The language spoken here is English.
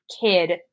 kid